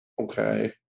Okay